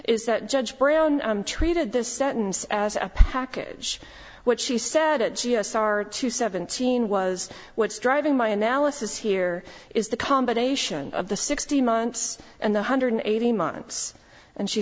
is that judge brown treated this sentence as a package what she said at g s r two seventeen was what's driving my analysis here is the combination of the sixteen months and the hundred eighteen months and she